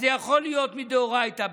אז יכול להיות שזה מדאורייתא.